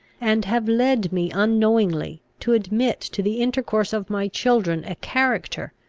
and have led me unknowingly to admit to the intercourse of my children a character,